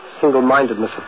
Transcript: single-mindedness